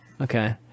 okay